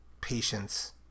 patience